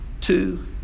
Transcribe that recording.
two